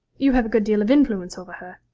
you have a good deal of influence over her